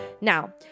Now